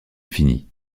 infinie